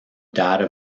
data